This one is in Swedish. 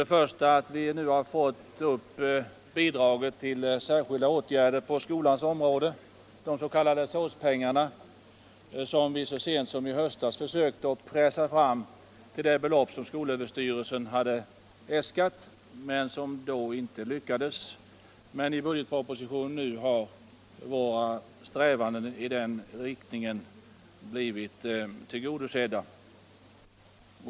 Det är fråga om bidraget till särskilda åtgärder på skolans område, de s.k. SÅS-pengarna, som vi så sent som i höstas försökte pressa fram till det belopp som skolöverstyrelsen hade äskat. 50 milj.kr.. men som vi då inte lyckades med. I budgetpropositionen har vi nu fått det kravet tillgodosett.